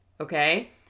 okay